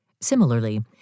Similarly